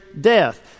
death